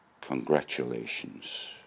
congratulations